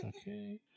Okay